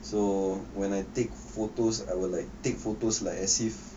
so when I take photos I would like take photos like as if